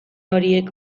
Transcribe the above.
horiek